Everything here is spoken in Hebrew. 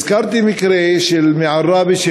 הזכרתי מקרה מעראבה,